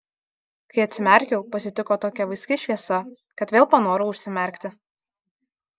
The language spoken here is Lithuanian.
kai atsimerkiau pasitiko tokia vaiski šviesa kad vėl panorau užsimerkti